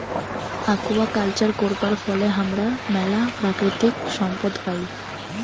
aquaculture করবার ফলে হামরা ম্যালা প্রাকৃতিক সম্পদ পাই